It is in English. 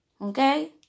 Okay